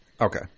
Okay